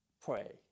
pray